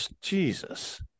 Jesus